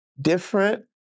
different